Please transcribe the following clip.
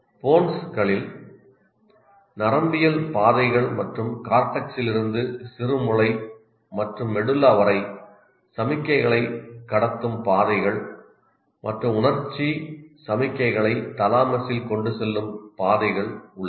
போன்களில் நரம்பியல் பாதைகள் மற்றும் கார்டெக்ஸ்லிருந்து சிறுமூளை மற்றும் மெடுல்லா வரை சமிக்ஞைகளை கடத்தும் பாதைகள் மற்றும் உணர்ச்சி சமிக்ஞைகளை தாலமஸில் கொண்டு செல்லும் பாதைகள் உள்ளன